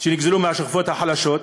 שנגזרו מהשכבות החלשות?